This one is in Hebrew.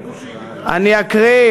בוז'י,